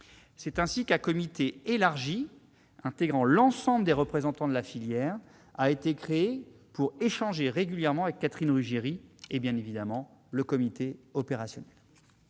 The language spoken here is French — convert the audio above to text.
C'est ainsi qu'un comité élargi, intégrant l'ensemble des représentants de la filière, a été créé pour échanger régulièrement avec Catherine Ruggeri et le comité opérationnel.